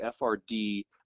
frd